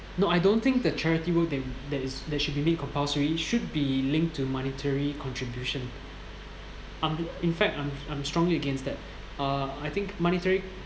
no I don't think the charity work that that is that should be made compulsory should be linked to monetary contribution I'm in fact I'm I'm strongly against that uh I think monetary